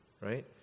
Right